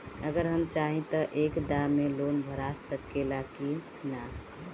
अगर हम चाहि त एक दा मे लोन भरा सकले की ना?